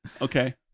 okay